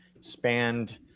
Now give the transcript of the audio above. spanned